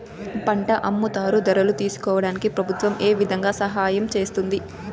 పంట అమ్ముతారు ధరలు తెలుసుకోవడానికి ప్రభుత్వం ఏ విధంగా సహాయం చేస్తుంది?